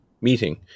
meeting